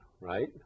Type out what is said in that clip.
right